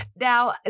Now